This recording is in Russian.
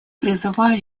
призываю